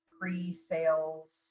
pre-sales